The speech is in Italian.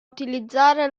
utilizzare